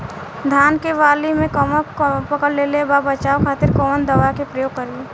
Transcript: धान के वाली में कवक पकड़ लेले बा बचाव खातिर कोवन दावा के प्रयोग करी?